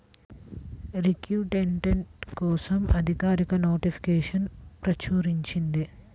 recruitment కోసం అధికారిక నోటిఫికేషన్ను ప్రచురించింది